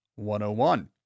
101